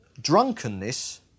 drunkenness